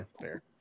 Fair